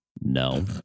No